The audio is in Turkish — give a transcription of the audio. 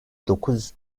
dokuz